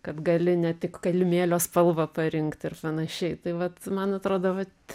kad gali ne tik kilimėlio spalvą parinkt ir panašiai tai vat man atrodo vat